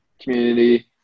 community